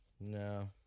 No